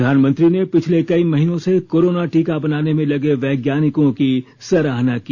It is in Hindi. प्रधानमंत्री ने पिछले कई महीनों से कोरोना टीका बनाने में लगे वैज्ञानिकों की सराहना की